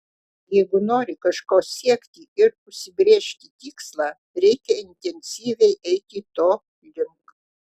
jeigu nori kažko siekti ir užsibrėžti tikslą reikia intensyviai eiti to link